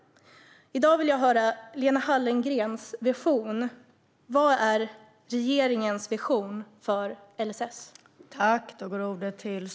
I dag vill jag höra från Lena Hallengren om vad som är regeringens vision för LSS.